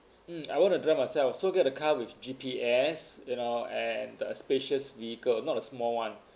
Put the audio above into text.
mm I want to drive myself so get a car with G_P_S you know and spacious vehicle not a small [one]